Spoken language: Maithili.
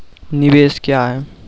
निवेश क्या है?